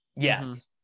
Yes